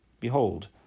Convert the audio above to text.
Behold